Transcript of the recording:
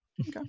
Okay